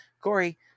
Corey